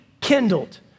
kindled